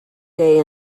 day